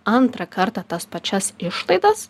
antrą kartą tas pačias išlaidas